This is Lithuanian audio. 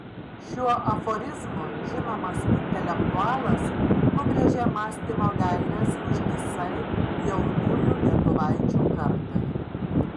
šiuo aforizmu žinomas intelektualas nubrėžė mąstymo gaires ištisai jaunųjų lietuvaičių kartai